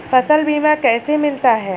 फसल बीमा कैसे मिलता है?